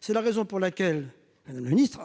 C'est la raison pour laquelle,